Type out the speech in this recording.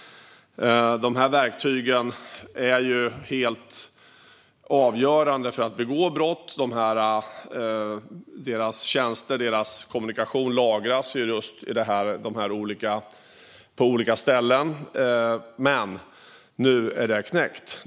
De här verktygen är helt avgörande för att man ska kunna begå brott. De brottsliga tjänsterna och den brottsliga kommunikationen lagras på olika ställen inom detta. Men nu är det här knäckt.